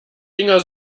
dinger